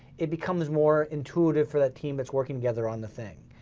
it becomes more intuitive for that team that's working together on the thing.